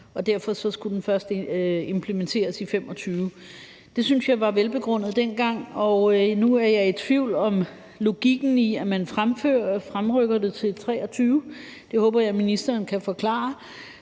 derfor skulle den først implementeres i 2025. Det synes jeg var velbegrundet dengang, og nu er jeg i tvivl om logikken i, at man fremrykker det til 2023. Det håber jeg ministeren kan forklare,